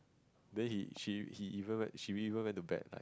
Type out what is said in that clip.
then he she he even went she even went to bet